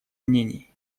мнений